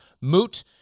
moot